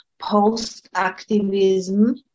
post-activism